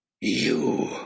You